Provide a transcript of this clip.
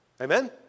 Amen